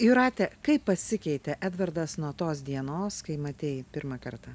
jūrate kaip pasikeitė edvardas nuo tos dienos kai matei pirmą kartą